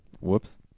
Whoops